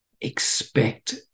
expect